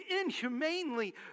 inhumanely